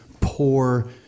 poor